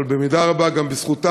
אבל במידה רבה גם בזכותם